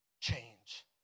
change